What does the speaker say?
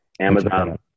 Amazon